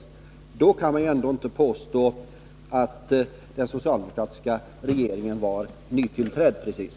Man kan väl ändå inte påstå att den socialdemokratiska regeringen då var nytillträdd precis.